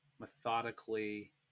methodically